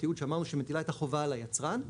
התיעוד שאמרנו שמטילה את החובה על היצרן.